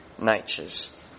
natures